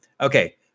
Okay